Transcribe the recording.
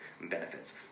benefits